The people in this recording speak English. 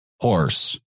horse